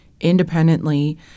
independently